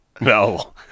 no